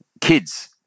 kids